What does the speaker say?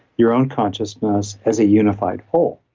your own consciousness as a unified whole,